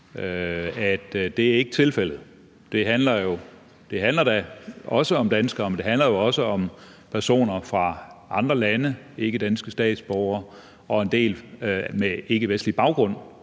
at det ikke er tilfældet? Det handler også om danskere, men det handler jo også om personer fra andre lande, ikkedanske statsborgere og en del med ikkevestlig baggrund.